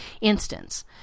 instance